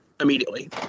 immediately